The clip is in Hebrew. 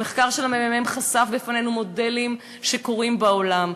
המחקר של הממ"מ חשף בפנינו מודלים שקורים בעולם.